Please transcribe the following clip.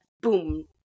boom